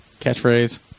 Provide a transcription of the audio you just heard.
Catchphrase